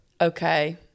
okay